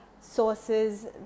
sources